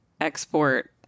export